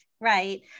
right